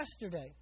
yesterday